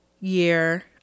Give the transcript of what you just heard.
year